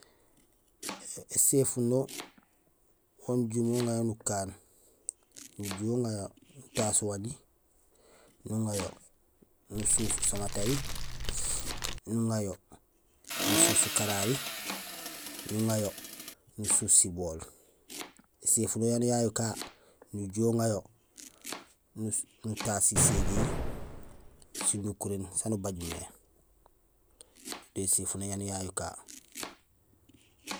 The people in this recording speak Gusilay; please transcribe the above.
Éséfuno ujumé uŋa yo nukaan: nujuhé uŋa yo nutaas wañi nuŋa yo nusuus usamatahi nuŋa yo nusuus ukarari nuŋa yo nusuus sibool éséfuno yanuur yayu ka nuhé uŋa yo nutaas siséjehi sinukuréén saan ubaaj mé éséfuno yanu yayu ka.